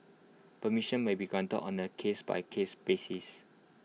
permission may be granted on A case by case basis